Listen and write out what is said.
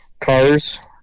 cars